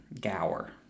Gower